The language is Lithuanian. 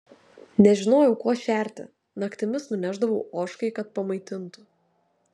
nežinojau kuo šerti naktimis nunešdavau ožkai kad pamaitintų